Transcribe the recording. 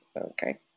Okay